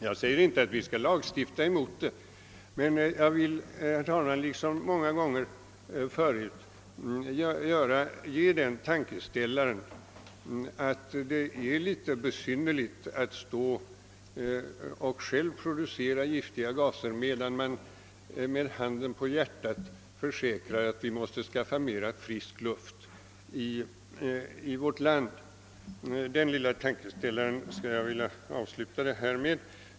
Jag säger inte att vi skall lagstifta mot denna sak, men jag vill, herr talman, liksom många gånger tidigare ge den tankeställaren att det är litet besynnerligt att vi själva står och producerar giftiga gaser, medan vi med handen på hjärtat försäkrar att vi måste skaffa mera frisk luft i vårt land. Jag skulle vilja avsluta mitt inlägg med denna lilla tankeställare.